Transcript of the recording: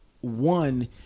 One